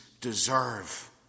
deserve